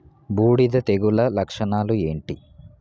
బూడిద తెగుల లక్షణాలు ఏంటి?